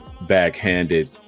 backhanded